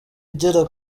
igera